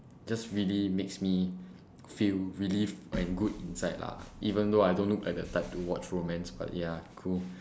just really makes me feel relieved and good inside lah even though I don't look like the type to watch romance but ya cool